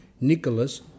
Nicholas